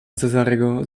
cezarego